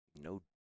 no